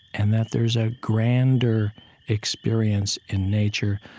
and that there is a grander experience in nature.